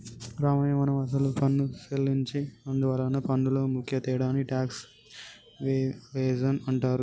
రామయ్య మనం అసలు పన్ను సెల్లించి నందువలన పన్నులో ముఖ్య తేడాని టాక్స్ ఎవేజన్ అంటారు